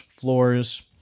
floors